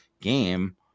game